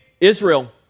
Israel